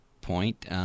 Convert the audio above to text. point